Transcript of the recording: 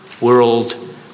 World